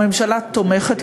הממשלה תומכת,